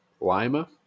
Lima